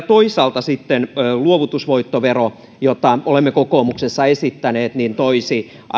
toisaalta sitten luovutusvoittovero jota olemme kokoomuksessa esittäneet toisi